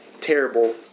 terrible